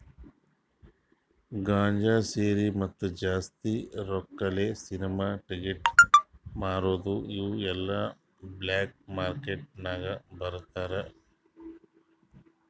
ಗಾಂಜಾ, ಶೇರಿ, ಮತ್ತ ಜಾಸ್ತಿ ರೊಕ್ಕಾಲೆ ಸಿನಿಮಾ ಟಿಕೆಟ್ ಮಾರದು ಇವು ಎಲ್ಲಾ ಬ್ಲ್ಯಾಕ್ ಮಾರ್ಕೇಟ್ ನಾಗ್ ಮಾರ್ತಾರ್